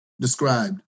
described